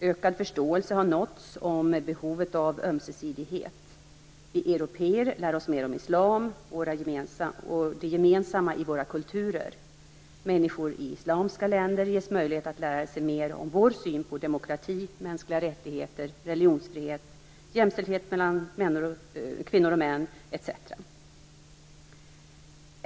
Ökad förståelse har nåtts om behovet av ömsesidighet: vi européer lär oss mer om islam och det gemensamma i våra kulturer, människor i islamska länder ges möjlighet att lära sig mer om vår syn på demokrati, mänskliga rättigheter, religionsfrihet, jämställdhet mellan kvinnor och män, etc.